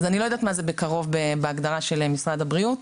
אני לא יודעת מה זה בקרוב בהגדרה של משרד הבריאות.